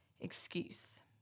excuse